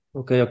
ok